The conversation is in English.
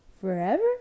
forever